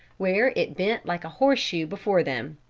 where it bent like a horseshoe before them.